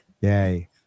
Yay